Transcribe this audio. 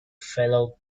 fellow